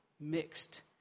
mixed